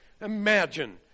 Imagine